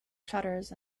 shutters